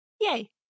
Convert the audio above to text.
Yay